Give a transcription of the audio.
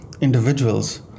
individuals